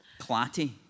clatty